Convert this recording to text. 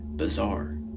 Bizarre